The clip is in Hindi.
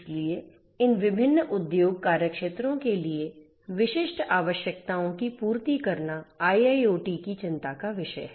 इसलिए इन विभिन्न उद्योग कार्यक्षेत्रों के लिए विशिष्ट आवश्यकताओं की पूर्ति करना IIoT की चिंता का विषय है